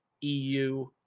EU